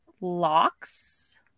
locks